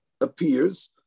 appears